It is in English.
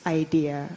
idea